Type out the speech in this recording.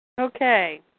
okay